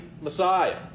messiah